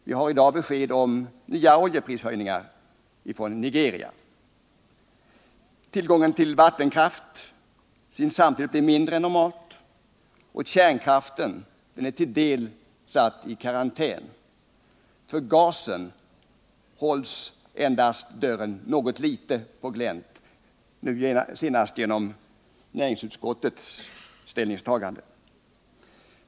Vi har i dag fått besked om nya oljeprishöjningar i Nigeria. Tillgången till vattenkraft synes samtidigt bli mindre än normalt, och kärnkraften är delvis satt i karantän. För gasen hålls dörren endast litet på glänt, nu senast genom näringsutskottets ställningstagande.